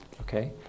okay